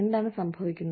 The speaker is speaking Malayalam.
എന്താണ് സംഭവിക്കുന്നത്